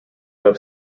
have